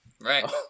Right